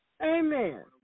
Amen